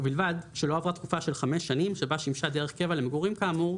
ובלבד שלא עברה תקופה של חמש שנים שבה שימשה דרך קבע למגורים כאמור,